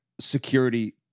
Security